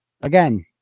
again